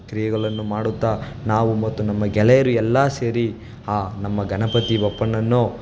ಕ್ರಿಯೆಗಲನ್ನು ಮಾಡುತ್ತಾ ನಾವು ಮತ್ತು ನಮ್ಮ ಗೆಳೆಯರು ಎಲ್ಲ ಸೇರಿ ಆ ನಮ್ಮ ಗಣಪತಿ ಬಪ್ಪನನ್ನು